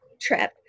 trip